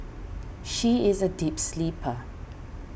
she is a deep sleeper